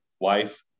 life